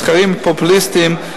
מסחריים ופופוליסטיים,